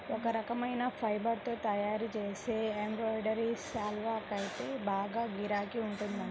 ఒక రకమైన ఫైబర్ తో తయ్యారుజేసే ఎంబ్రాయిడరీ శాల్వాకైతే బాగా గిరాకీ ఉందంట